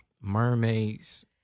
Mermaids